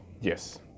Yes